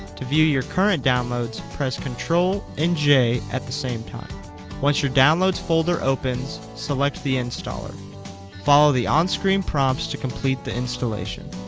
to view your current downloads, press control and j at the same time once your downloads folder opens, select the installer follow the on-screen prompts to complete the installation